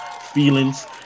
feelings